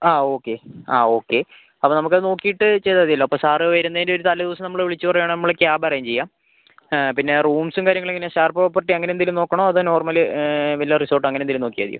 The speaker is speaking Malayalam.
ആ ഓക്കെ ആ ഓക്കെ അപ്പോൾ നമുക്കത് നോക്കിയിട്ട് ചെയ്താൽ മതിയല്ലോ അപ്പോൾ സർ വരുന്നതിൻ്റെ ഒരു തലേദിവസം നമ്മളെ വിളിച്ചുപറയുവാണേൽ നമ്മൾ ക്യാബ് അറേഞ്ച് ചെയ്യാം പിന്നെ റൂംസും കാര്യങ്ങളും എങ്ങനെയാ സ്റ്റാർ പ്രോപ്പർട്ടി എന്തേലും നോക്കണോ അതോ നോർമൽ വില്ല റിസോർട്ട് അങ്ങനെയെന്തേലും നോക്കിയാൽ മതിയോ